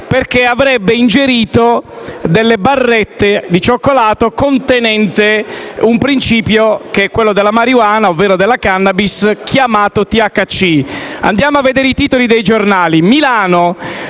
perché avrebbe ingerito delle barrette di cioccolato contenenti il principio della marijuana, ovvero della *cannabis*, chiamato THC. Andiamo a leggere i titoli dei giornali.